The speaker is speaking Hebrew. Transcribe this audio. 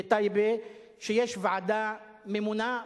בטייבה יש ועדה ממונה,